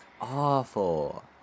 awful